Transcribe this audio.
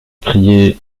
prier